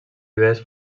idees